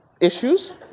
issues